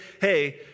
hey